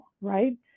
right